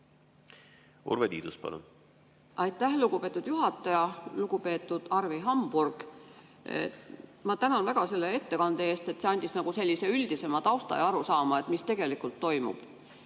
Urve Tiidus, palun! Aitäh, lugupeetud juhataja! Lugupeetud Arvi Hamburg! Ma tänan väga selle ettekande eest, see andis sellise üldisema tausta ja arusaama, mis tegelikult toimub.